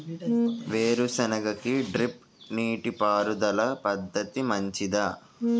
వేరుసెనగ కి డ్రిప్ నీటిపారుదల పద్ధతి మంచిదా?